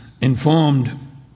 informed